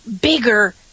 bigger